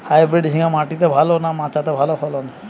Hybrid ঝিঙ্গা মাটিতে ভালো না মাচাতে ভালো ফলন?